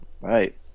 Right